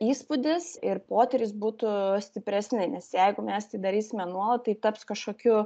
įspūdis ir potyris būtų stipresni nes jeigu mes tai darysime nuolat tai taps kažkokiu